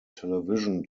television